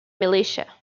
militia